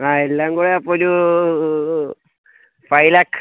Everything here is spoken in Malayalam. ആ എല്ലാം കൂടെ അപ്പോൾ ഒരു ഫൈവ് ലാക്ക്